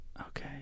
okay